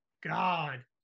God